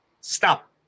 stop